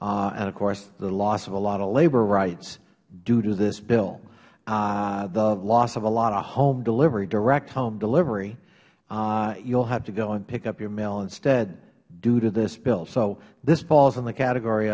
and of course the loss of a lot of labor rights due to this bill the loss of a lot of home delivery direct home delivery you will have to go and pick up your mail instead due to this bill so this falls in the category